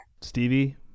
Stevie